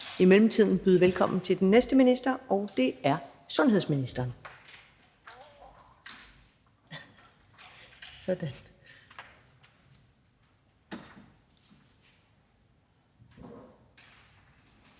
i mellemtiden byde velkommen til den næste minister, og det er sundhedsministeren.